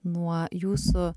nuo jūsų